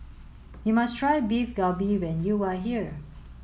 you must try Beef Galbi when you are here